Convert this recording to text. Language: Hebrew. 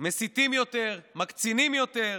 מסיתים יותר, מקצינים יותר,